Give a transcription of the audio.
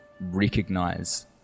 recognize